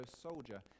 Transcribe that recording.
soldier